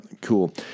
cool